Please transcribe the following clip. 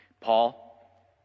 Paul